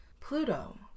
Pluto